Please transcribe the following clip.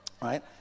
right